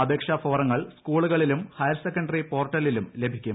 അപേക്ഷാഫോറങ്ങൾ സ്കൂളുകളിലും ഹയർസെക്കന്ററി പോർട്ടലിലും ലഭിക്കും